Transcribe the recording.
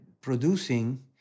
producing